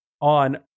on